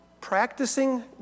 practicing